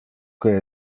que